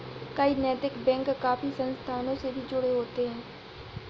कई नैतिक बैंक काफी संस्थाओं से भी जुड़े होते हैं